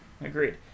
Agreed